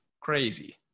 Crazy